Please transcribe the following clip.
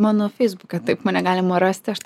mano fesibuke taip mane galima rasti aš